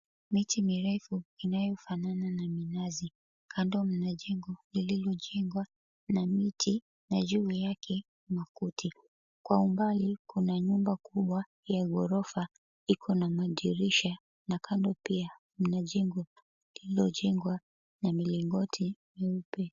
Miti mirefu inayofanana na minazi, kando mna jengo lilojengwa na miti na juu yake makuti. Kwa umbali kuna nyumba kubwa ya gorofa iko na madirisha na kando pia mna jengo lilojengwa na milingoti myeupe.